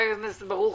חבר הכנסת ברוכי,